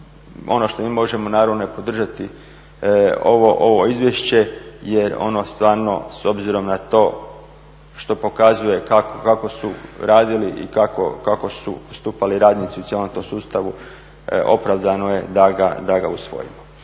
ono što mi možemo naravno je podržati ovo izvješće jer ono stvarno s obzirom na to što pokazuje kako su radili i kako su postupali radnici u cijelom tom sustavu, opravdano je da ga usvojimo.